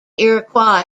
iroquois